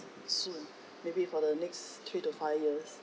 soon maybe for the next three to five years